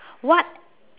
what